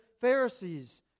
Pharisees